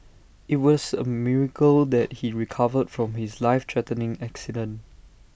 IT was A miracle that he recovered from his life threatening accident